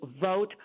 vote